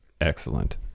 excellent